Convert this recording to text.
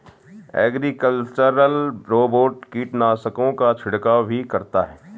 agricultural robot कीटनाशकों का छिड़काव भी करता है